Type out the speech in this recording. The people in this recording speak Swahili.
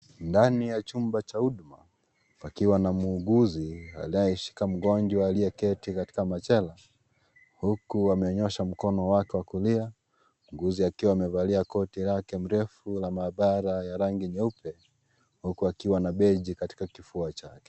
Ndani ya chumba cha huduma pakiwa na muuguzi anayeshima mgonjwa aliyeketi katika machela huku amenyoosha mkono wake wa kulia , muuguzi akiwa amevalia koti lake mrefu la maabara ya rangi nyeupe huku akiwa na beji katika kofia chake.